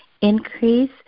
increase